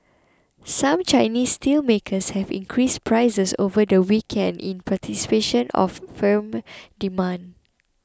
some Chinese steelmakers have increased prices over the weekend in participation of firmer demand